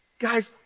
Guys